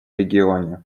регионе